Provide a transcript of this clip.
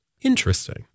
Interesting